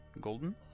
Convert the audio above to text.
Golden